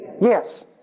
yes